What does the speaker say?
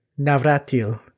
Navratil